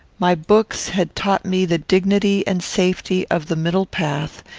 my books had taught me the dignity and safety of the middle path,